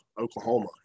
Oklahoma